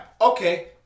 Okay